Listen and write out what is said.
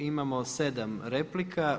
Imamo 7 replika.